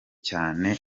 cyane